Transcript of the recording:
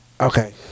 Okay